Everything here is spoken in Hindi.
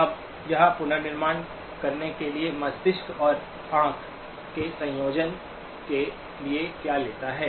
अब यह पुनर्निर्माण करने के लिए मस्तिष्क और आंख के संयोजन के लिए क्या लेता है